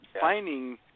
finding